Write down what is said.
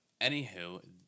anywho